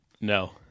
No